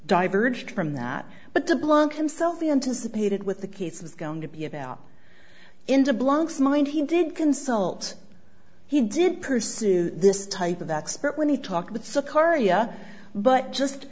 diverged from that but to belong himself the anticipated with the case was going to be about into blank's mind he did consult he did pursue this type of experts when he talked with sykora but just